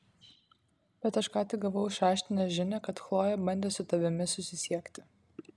bet aš ką tik gavau iš raštinės žinią kad chlojė bandė ten su tavimi susisiekti